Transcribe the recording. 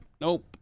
Nope